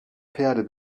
pferde